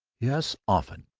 yes! often!